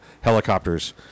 helicopters